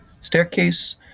staircase